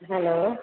hello